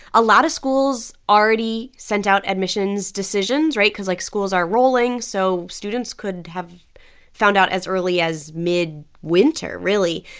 a lot of schools already sent out admissions decisions right? because, like, schools are rolling. so students could have found out as early as mid-winter, really.